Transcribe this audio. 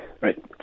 Right